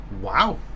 Wow